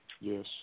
Yes